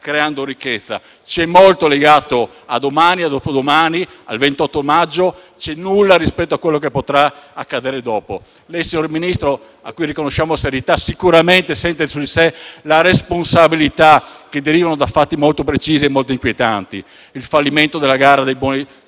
creando ricchezza. C'è molto legato a domani, a dopodomani o al 28 maggio, ma nulla rispetto a quello che potrà accadere dopo. Lei, signor Ministro, a cui riconosciamo serietà, sicuramente sente su di sé le responsabilità che derivano da fatti molto precisi e molto inquietanti: il fallimento della gara dei buoni